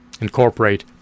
incorporate